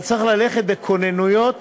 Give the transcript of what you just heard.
אתה צריך ללכת בכוננויות